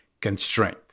constraint